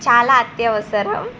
చాలా అత్యవసరం